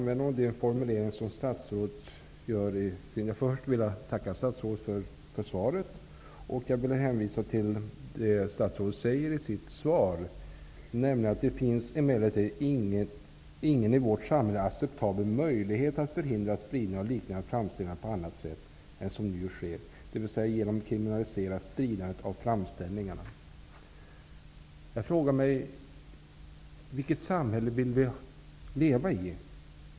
Herr talman! Först vill jag tacka statsrådet för svaret. Jag vill hänvisa till vad statsrådet säger i sitt svar, nämligen: ''Det finns emellertid ingen i vårt samhälle acceptabel möjlighet att förhindra spridning av liknande framställningar på annat sätt än som nu sker, dvs. genom att kriminalisera spridandet av framställningarna.'' Jag frågar mig: Vilket samhälle vill vi leva i?